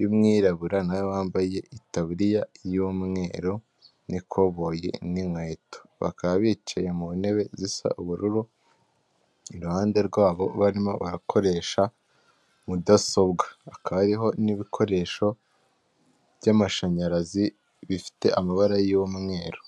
y'umwirabura nawe wambaye itaburiya y'umweru n'ikoboyi n'inkweto, bakaba bicaye mu ntebe zisa ubururu iruhande rwabo barimo barakoresha mudasobwa akaba hariho n'ibikoresho by'amashanyarazi bifite amabara y'umweru.